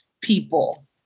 people